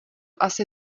asi